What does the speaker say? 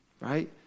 right